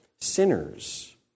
Sinners